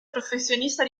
professionista